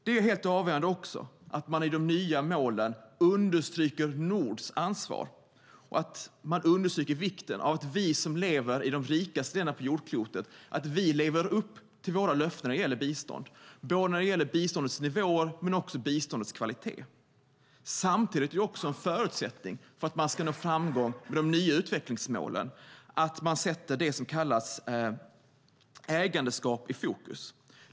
Det är också helt avgörande att man i de nya målen understryker Nords ansvar och vikten av att vi som lever i de rikaste delarna av jordklotet lever upp till våra löften när det gäller bistånd, både när det gäller biståndets nivåer och när det gäller dess kvalitet. Samtidigt är det också en förutsättning för att man ska nå framgång med de nya utvecklingsmålen att man sätter det som kallas ägandeskap i fokus.